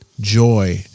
Joy